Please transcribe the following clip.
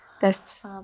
tests